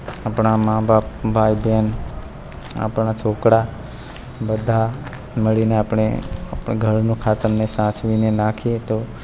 આપણાં માં બાપ ભાઈ બહેન આપણાં છોકરા બધાં મળીને આપણે ઘરનું ખાતર આપણે સાચવીને નાખીએ તો